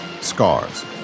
Scars